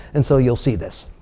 and so you'll see this.